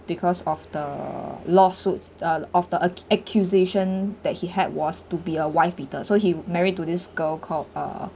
because of the lawsuits uh of the ac~ accusation that he had was to be a wife beater so he married to this girl called uh